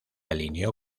alineó